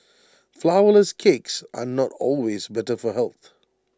Flourless Cakes are not always better for health